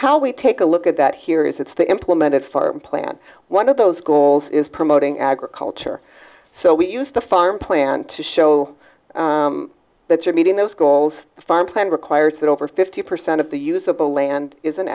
how we take a look at that here is it's the implemented farm plan one of those goals is promoting agriculture so we use the farm plant to show that you're meeting those goals farm plan requires that over fifty percent of the usable land is an